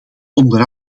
onder